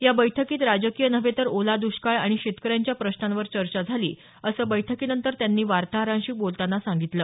या बैठकीत राजकीय नव्हे तर ओला द्ष्काळ आणि शेतकऱ्यांच्या प्रश्नांवर चर्चा झाली असं बैठकीनंतर त्यांनी वार्ताहरांशी बोलताना सांगितलं